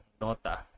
nota